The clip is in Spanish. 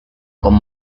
con